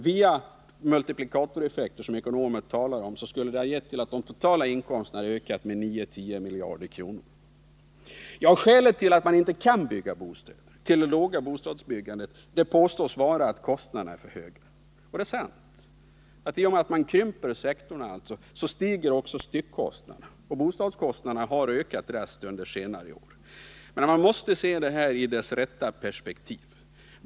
Via multiplikatoreffekter som ekonomer talar om skulle det ha lett till att de totala inkomsterna hade ökat med 9-10 miljarder. Skälet till det låga bostadsbyggandet påstås vara att kostnaderna är för höga. Det är sant att i och med att man krymper sektorn så stiger styckkostnaderna. Och bostadskostnaderna har stigit raskt under senare år. Men man måste se detta i dess rätta perspektiv.